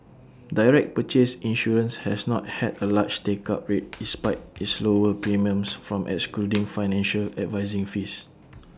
direct purchase insurance has not had A large take up rate despite its lower premiums from excluding financial advising fees